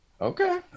okay